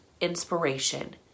inspiration